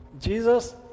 jesus